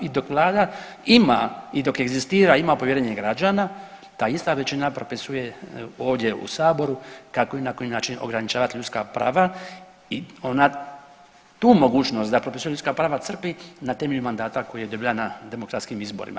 I dok Vlada ima i dok egzistira, ima povjerenje građana, ta ista većina propisuje ovdje u Saboru kako i na koji način ograničavati ljudska prava i ona tu mogućnost, dakle propisivanje ljudskih prava crpi na temelju mandata koje je dobila na demokratskim izborima.